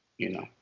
you know.